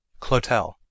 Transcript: Clotel